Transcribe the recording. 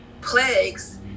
plagues